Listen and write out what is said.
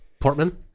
Portman